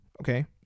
okay